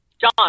John